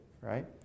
Right